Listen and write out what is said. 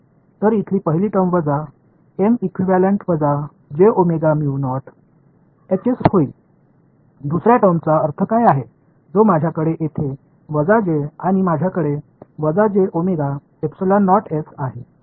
तर इथली पहिली टर्म वजा एम इक्विव्हॅलेंट वजा j omega mu naught Hs होईल दुसर्या टर्मचा अर्थ काय आहे जो माझ्याकडे येथे वजा j आणि माझ्याकडे वजा j omega epsilon naught S आहे